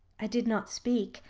i did not speak.